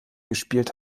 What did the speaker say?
gespielt